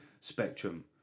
spectrum